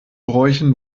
bräuchen